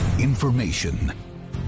information